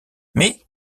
mais